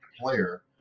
player